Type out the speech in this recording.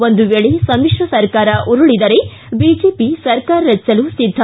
ಒಂದು ವೇಳೆ ಸಮಿಶ್ರ ಸರ್ಕಾರ ಉರುಳಿದರೆ ಬಿಜೆಪಿ ಸರ್ಕಾರ ರಚಿಸಲು ಸಿದ್ದ